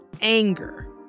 anger